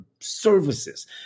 services